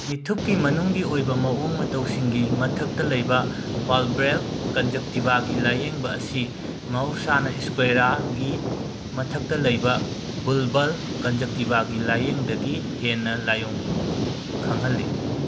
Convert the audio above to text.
ꯃꯤꯠꯊꯨꯞꯀꯤ ꯃꯅꯨꯡꯒꯤ ꯑꯣꯏꯕ ꯃꯑꯣꯡ ꯃꯇꯧꯁꯤꯡꯒꯤ ꯃꯊꯛꯇ ꯂꯩꯕ ꯄꯥꯜꯕ꯭ꯔꯦꯜ ꯀꯟꯖꯛꯇꯤꯕꯥꯒꯤ ꯂꯥꯏꯌꯦꯡꯕ ꯑꯁꯤ ꯃꯍꯧꯁꯥꯅ ꯁ꯭ꯀ꯭ꯋꯦꯔꯥꯒꯤ ꯃꯊꯛꯇ ꯂꯩꯕ ꯕꯨꯜꯕꯜ ꯀꯟꯖꯛꯇꯤꯕꯥꯒꯤ ꯂꯥꯏꯌꯦꯡꯗꯒꯤ ꯍꯦꯟꯅ ꯂꯥꯏꯌꯣꯡ ꯈꯪꯍꯜꯂꯤ